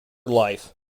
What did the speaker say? life